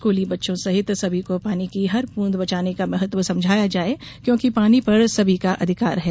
स्कूली बच्चो सहित सभी को पानी की हर बूंद बचाने का महत्व समझाया जाए क्योंकि पानी पर सभी का अधिकार है